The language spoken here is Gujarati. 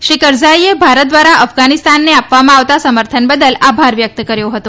શ્રી કરઝાઇએ ભારત દ્વારા અફધાનીસ્તાનને આપવામાં આવતા સમર્થન બદલ આભાર વ્યક્ત કર્યો હતો